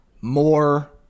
more